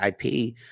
ip